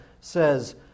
says